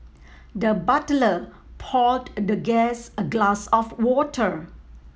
the butler poured the guest a glass of water